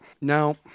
Now